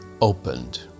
opened